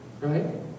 right